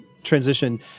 transition